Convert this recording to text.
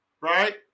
right